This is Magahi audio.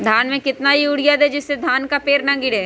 धान में कितना यूरिया दे जिससे धान का पेड़ ना गिरे?